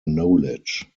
knowledge